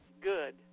Good